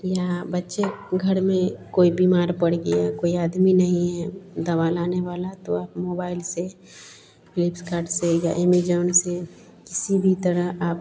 या बच्चे घर में कोई बिमार पड़ गया कोई आदमी नहीं है दवा लाने वाला तो आप मोबाइल से फ़्लिपकार्ट से या एमेजॉन से किसी भी तरह आप